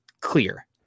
clear